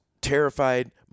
terrified